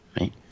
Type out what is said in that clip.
right